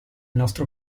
nostro